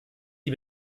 die